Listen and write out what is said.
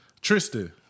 Tristan